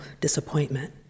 disappointment